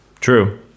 true